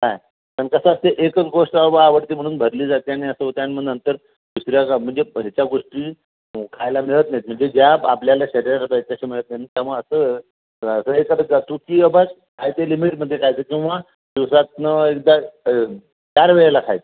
काय पण कसं असते एकच गोष्ट बाबा आवडते म्हणून भरली जाते आणि असं होतं आणि मग नंतर दुसऱ्या का म्हणजे ह्याच्या गोष्टी खायला मिळत नाहीत म्हणजे ज्या आपल्याला शरीर पाहिजे तशा मिळत नाही त्यामुळे असं असं एखादं जातो की बाबा काय ते लिमिटमध्ये खायचं किंवा दिवसातून एकदा चार वेळेला खायचं